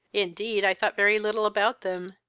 indeed i thought very little about them,